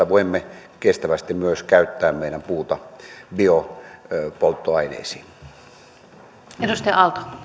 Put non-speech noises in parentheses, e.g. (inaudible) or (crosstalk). (unintelligible) voimme kestävästi myös käyttää meidän puuta biopolttoaineisiin